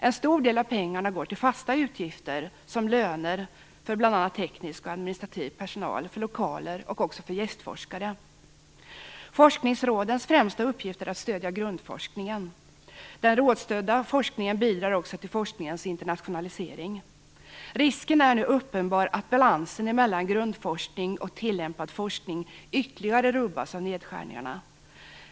En stor del av pengarna går till fasta utgifter, som löner till bl.a. teknisk och administrativ personal, för lokaler och även för gästforskare. Forskningsrådens främsta uppgift är att stödja grundforskningen. Den rådsstyrda forskningen bidrar också till forskningens internationalisering. Risken är nu uppenbar att balansen mellan grundforskning och tillämpad forskning ytterligare rubbas av nedskärningarna.